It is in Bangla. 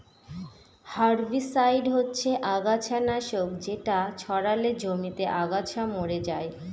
হার্বিসাইড হচ্ছে আগাছা নাশক যেটা ছড়ালে জমিতে আগাছা মরে যায়